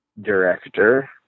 director